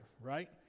right